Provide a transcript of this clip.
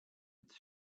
its